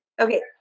Okay